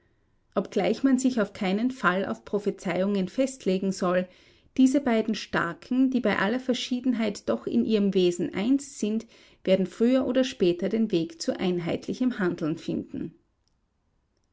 obgleich man sich auf keinen fall auf prophezeiungen festlegen soll diese beiden starken die bei aller verschiedenheit doch in ihrem wesen eins sind werden früher oder später den weg zu einheitlichem handeln finden